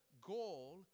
goal